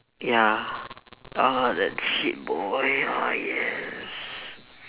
ya ah that shit boy ah yes